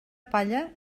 palla